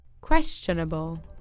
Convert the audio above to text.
questionable